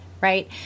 right